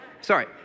sorry